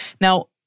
Now